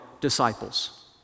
disciples